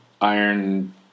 Iron